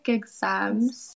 exams